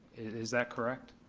is that correct?